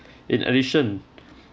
in addition